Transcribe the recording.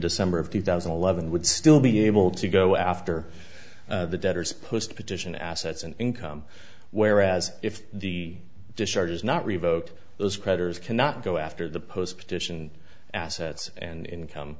december of two thousand and eleven would still be able to go after the debtors post petition assets and income whereas if the discharge is not revoked those creditors cannot go after the post petition assets and income